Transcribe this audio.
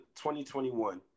2021